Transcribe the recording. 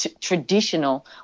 traditional